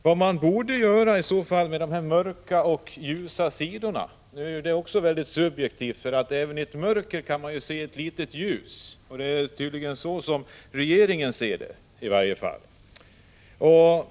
Det är naturligtvis mycket subjektivt vad som är mörka och ljusa sidor. Ävenii ett mörker kan man ju se ett litet ljus, och det är tydligen så regeringen uppfattar det.